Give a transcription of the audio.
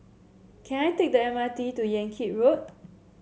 can I take the M R T to Yan Kit Road